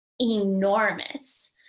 enormous